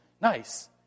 nice